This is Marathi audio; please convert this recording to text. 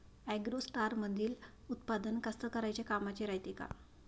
ॲग्रोस्टारमंदील उत्पादन कास्तकाराइच्या कामाचे रायते का?